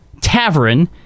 tavern